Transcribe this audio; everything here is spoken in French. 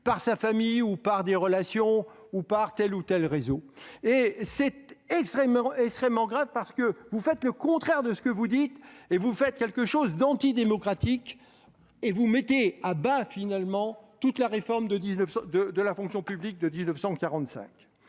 par sa famille, par des relations ou par tel ou tel réseau. C'est extrêmement grave ! Vous faites le contraire de ce que vous dites. Vous faites quelque chose d'antidémocratique et vous mettez à bas en définitive toute la réforme de la fonction publique de 1945.